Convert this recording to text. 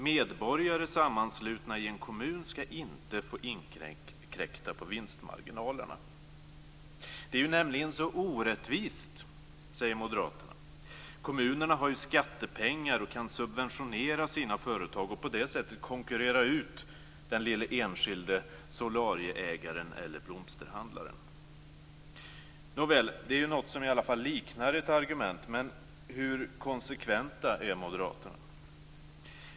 Medborgare sammanslutna i en kommun skall inte få inkräkta på vinstmarginalerna. Det är nämligen så orättvist, säger moderaterna. Kommunerna har skattepengar och kan subventionera sina företag och på det sättet konkurrera ut den lille enskilde solarieägaren eller blomsterhandlaren. Nåväl, det är något som i alla fall liknar ett argument. Men hur konsekventa är moderaterna?